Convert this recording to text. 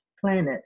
planet